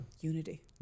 Unity